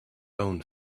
own